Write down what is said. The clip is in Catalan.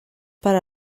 per